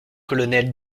colonel